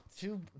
Two